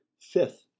Fifth